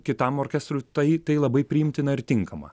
kitam orkestrui tai tai labai priimtina ir tinkama